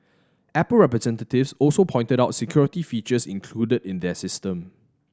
apple representatives also pointed out security features included in their system